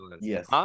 Yes